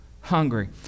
hungry